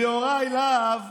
ויוראי להב,